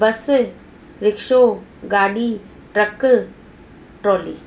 बसि रिक्शो गाॾी ट्रक ट्रॉली